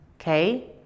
okay